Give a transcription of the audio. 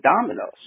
Dominoes